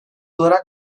olarak